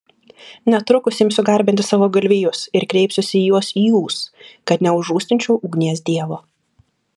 netrukus imsiu garbinti savo galvijus ir kreipsiuosi į juos jūs kad neužrūstinčiau ugnies dievo